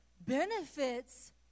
benefits